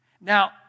Now